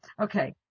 okay